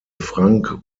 frank